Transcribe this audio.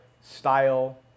style